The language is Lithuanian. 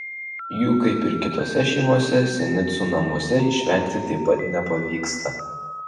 jų kaip ir kitose šeimose sinicų namuose išvengti taip pat nepavyksta